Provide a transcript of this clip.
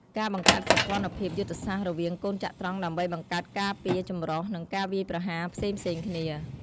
ការបង្កើតសម្ព័ន្ធភាពយុទ្ធសាស្ត្ររវាងកូនចត្រង្គដើម្បីបង្កើតការពារចម្រុះ និងការវាយប្រហារផ្សេងៗគ្នា។